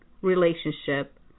relationship